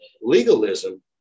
Legalism